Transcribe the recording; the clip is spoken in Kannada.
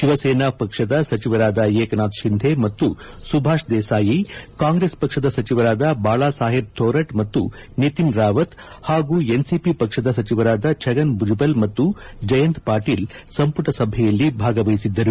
ಶಿವಸೇನಾ ಪಕ್ಷದ ಸಚಿವರಾದ ಏಕನಾಥ್ ಶಿಂಧೆ ಮತ್ತು ಸುಭಾಷ್ ದೇಸಾಯಿ ಕಾಂಗ್ರೆಸ್ ಪಕ್ಷದ ಸಚಿವರಾದ ಬಾಳಾಸಾಹೇಬ್ ಥೋರಟ್ ಮತ್ತು ನಿತಿನ್ ರಾವತ್ ಹಾಗೂ ಎನ್ಸಿಪಿ ಪಕ್ಷದ ಸಚಿವರಾದ ಛಗನ್ ಬುಜ್ಬಲ್ ಮತ್ತು ಜಯಂತ್ ಪಾಟೀಲ್ ಸಂಪುಟ ಸಭೆಯಲ್ಲಿ ಭಾಗವಹಿಸಿದ್ದರು